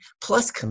plus